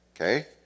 okay